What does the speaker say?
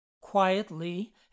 quietly